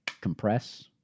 compress